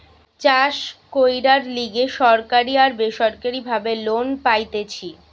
চাষ কইরার লিগে সরকারি আর বেসরকারি ভাবে লোন পাইতেছি